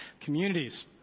communities